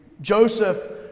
Joseph